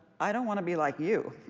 i don't want to be like you.